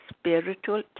spiritual